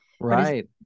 Right